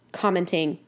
commenting